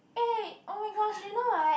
eh oh-my-gosh you know right